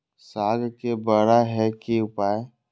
साग के बड़ा है के उपाय?